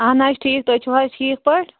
اہن حظ ٹھیٖک تُہۍ چھِو حٲز ٹھیٖک پٲٹھۍ